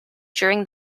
during